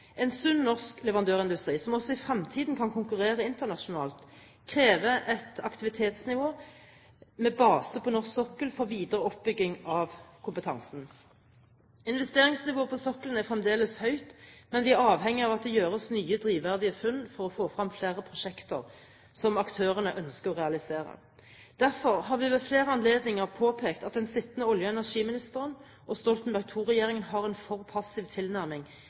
En sunn norsk leverandørindustri, som også i fremtiden kan konkurrere internasjonalt, krever et aktivitetsnivå med base på norsk sokkel for videre oppbygging av kompetansen. Investeringsnivået på sokkelen er fremdeles høyt, men vi er avhengig av at det gjøres nye, drivverdige funn for få frem flere prosjekter som aktørene ønsker å realisere. Derfor har vi ved flere anledninger påpekt at den sittende olje- og energiministeren og Stoltenberg II-regjeringen har en for passiv tilnærming